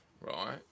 right